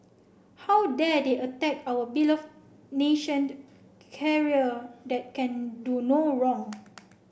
how dare they attack our belove nationed carrier that can do no wrong